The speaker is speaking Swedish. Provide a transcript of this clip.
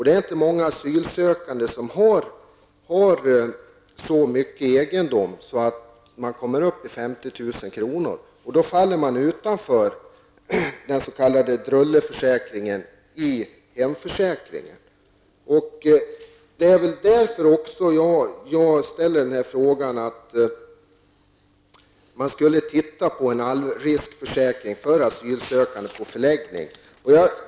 Det är inte många asylsökande som har en lösegendom som uppgår till ett värde av 50 000 kr., och då faller man utanför den s.k. drulleförsäkringen inom hemförsäkringen. Det är därför jag tagit upp frågan om en allriskförsäkring för asylsökande som vistas på förläggning.